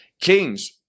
Kings